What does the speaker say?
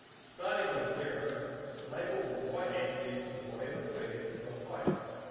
starting with zero label the y axes to whatever figure is the highest.